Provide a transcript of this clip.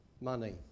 Money